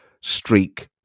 streak